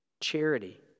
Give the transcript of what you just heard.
charity